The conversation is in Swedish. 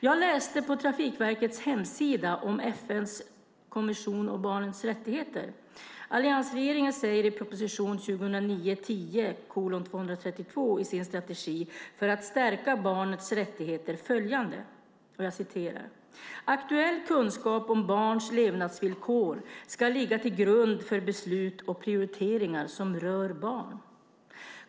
Jag läste på Trafikverkets hemsida om FN:s konvention om barnets rättigheter. Alliansregeringen säger i sin strategi för att stärka barnets rättigheter i proposition 2009/10:232 följande: "Aktuell kunskap om barns levnadsvillkor ska ligga till grund för beslut och prioriteringar som rör barn."